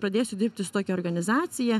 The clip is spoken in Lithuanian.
pradėsiu dirbti su tokia organizacija